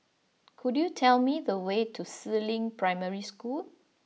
could you tell me the way to Si Ling Primary School